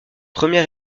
première